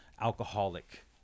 alcoholic